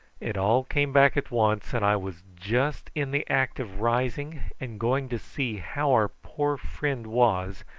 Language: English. it all came back at once, and i was just in the act of rising and going to see how our poor friend was,